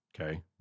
Okay